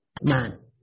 man